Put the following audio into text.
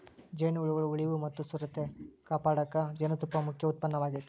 ಜೇನುಹುಳಗಳ ಉಳಿವು ಮತ್ತ ಸುಸ್ಥಿರತೆ ಕಾಪಾಡಕ ಜೇನುತುಪ್ಪ ಮುಖ್ಯ ಉತ್ಪನ್ನವಾಗೇತಿ